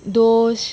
दोश